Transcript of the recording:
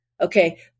Okay